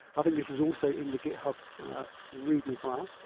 i think this is also in the github readme file.